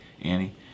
Annie